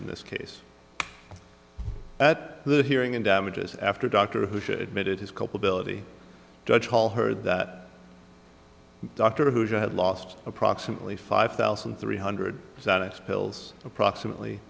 in this case at the hearing and damages after dr who should made it his culpability judge hall heard that doctor who had lost approximately five thousand three hundred sat it's pills approximately